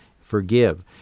forgive